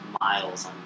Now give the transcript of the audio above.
miles